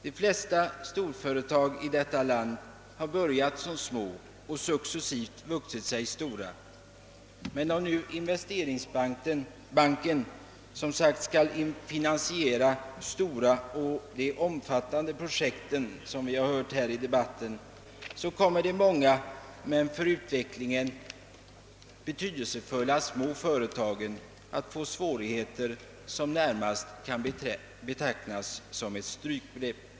De flesta storföretag i detta land har börjat som små företag och successivt vuxit sig stora. Men om nu investeringsbanken — som vi har hört här i debatten — skall finansiera de stora och omfattande projekten, kommer de många små men för utvecklingen betydelsefulla företagen att få svårigheter; det hela kan närmast betecknas som ett strypgrepp.